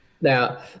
Now